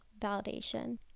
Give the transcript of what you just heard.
validation